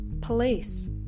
police